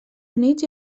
units